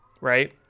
Right